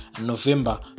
november